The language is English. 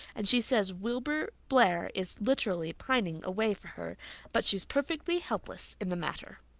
and she says wilbur blair is literally pining away for her but she's perfectly helpless in the matter.